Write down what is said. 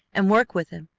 and work with him,